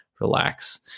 relax